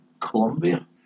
Colombia